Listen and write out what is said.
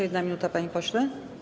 1 minuta, panie pośle.